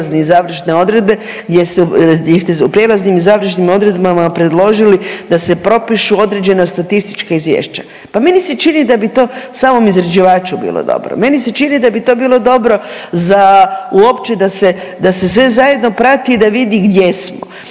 i završne odredbe gdje ste u prijelaznim i završnim odredbama predložili da se propišu određena statistička izvješća. Pa meni se čini da bi to samom izrađivaču bilo dobro. Meni se čini da bi to bilo dobro za uopće da se, da se sve zajedno prati i da vidi gdje smo,